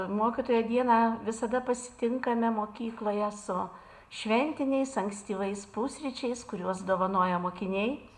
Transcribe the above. mokytojo dieną visada pasitinkame mokykloje su šventiniais ankstyvais pusryčiais kuriuos dovanoja mokiniai